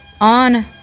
on